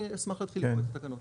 אני אשמח להתחיל לקרוא את התקנות.